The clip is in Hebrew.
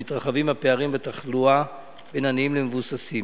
כי מתרחבים הפערים בתחלואה בין עניים למבוססים.